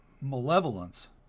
malevolence